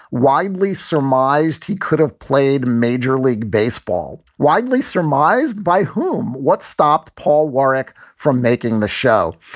widely surmised he could have played major league baseball. widely surmised by whom? what stopped paul warwick from making the show?